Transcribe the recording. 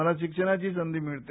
मला शिक्षणाची संधी मिळते